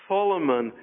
Solomon